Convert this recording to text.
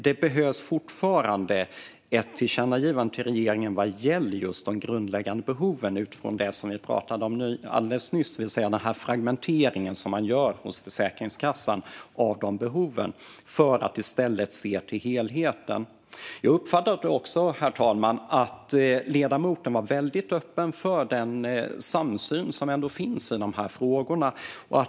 Det behövs alltså fortfarande ett tillkännagivande till regeringen vad gäller just de grundläggande behoven, utifrån det vi pratade om alldeles nyss, det vill säga fragmenteringen som Försäkringskassan gör av behoven. Man bör i stället se till helheten. Herr talman! Jag uppfattar att ledamoten är öppen för den samsyn som ändå finns i de här frågorna.